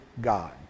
God